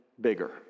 bigger